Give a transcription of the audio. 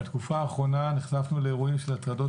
בתקופה האחרונה נחשפנו לאירועים של הטרדות